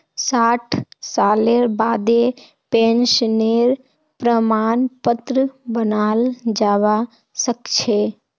साठ सालेर बादें पेंशनेर प्रमाण पत्र बनाल जाबा सखछे